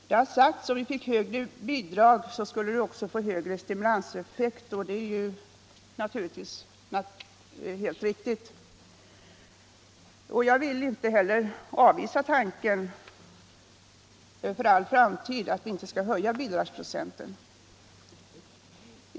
Det har sagts, att om vi fick högre bidrag så skulle de ha högre stimulanseffekt — och det är ju naturligt. Jag vill heller inte för alltid avvisa tanken på att höja bidragsprocenten.